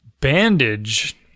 bandage